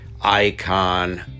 icon